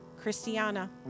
Christiana